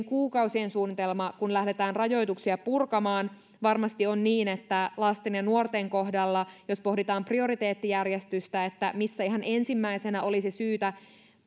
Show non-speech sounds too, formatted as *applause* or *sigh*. *unintelligible* kuukausien suunnitelma kun lähdetään rajoituksia purkamaan varmasti on niin että lasten ja nuorten kohdalla jos pohditaan prioriteettijärjestystä että missä ihan ensimmäisenä olisi syytä